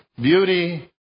Beauty